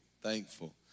thankful